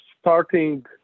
starting